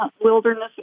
wilderness